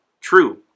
true